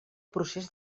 procés